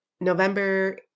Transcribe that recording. november